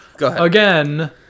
again